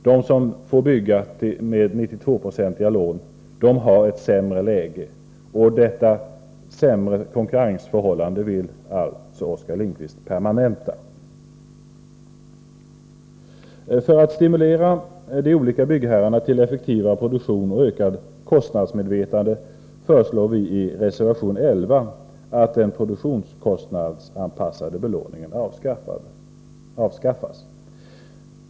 De som får bygga med 92-procentiga lån har sämre läge — och detta ojämlika konkurrensförhållande vill alltså Oskar Lindkvist permanenta. För att stimulera de olika byggherrarna till effektivare produktion och utökat kostnadsmedvetande föreslår vi i reservation 11 att den produktionskostnadsanpassade belåningen avskaffas.